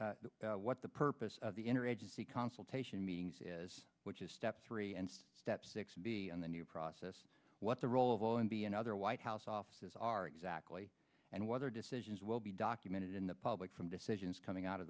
purpose what the purpose of the interagency consultation meetings is which is step three and step six be the new process what the role of all and be another white house offices are exactly and whether decisions will be documented in the public from decisions coming out of